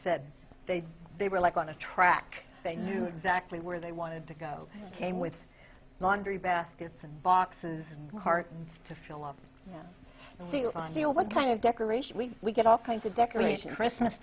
said they were like on a track they knew exactly where they wanted to go came with laundry baskets and boxes cartons to fill up the on what kind of decoration we get all kinds of decoration christmas